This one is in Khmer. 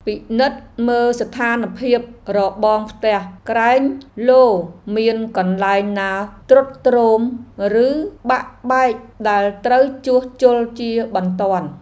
ពិនិត្យមើលស្ថានភាពរបងផ្ទះក្រែងលោមានកន្លែងណាទ្រុឌទ្រោមឬបាក់បែកដែលត្រូវជួសជុលជាបន្ទាន់។